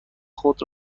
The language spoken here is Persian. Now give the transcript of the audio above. خود